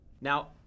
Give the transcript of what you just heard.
Now